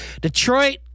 Detroit